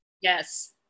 Yes